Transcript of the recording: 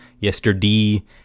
yesterday